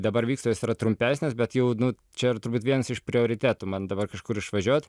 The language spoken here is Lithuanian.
dabar vyksta jos yra trumpesnės bet jau nu čia ir turbūt vienas iš prioritetų man dabar kažkur išvažiuot